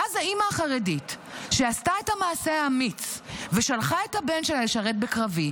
ואז האימא החרדית שעשתה את המעשה האמיץ ושלחה את הבן שלה לשרת בקרבי,